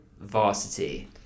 varsity